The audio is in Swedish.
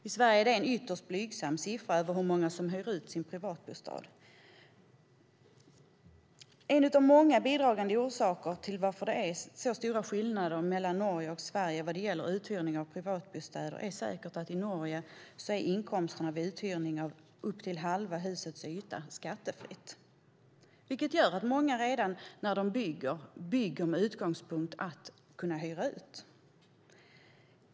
I Sverige är siffran över hur många som hyr ut sin privatbostad ytterst blygsam. En av många bidragande orsaker till att det är så stora skillnader mellan Norge och Sverige vad gäller uthyrning av privatbostäder är säkert att inkomsterna vid uthyrning av upp till halva husets yta är skattefria i Norge. Det gör att många när de bygger gör det med utgångspunkt att kunna hyra ut.